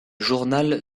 journal